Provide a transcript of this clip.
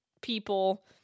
people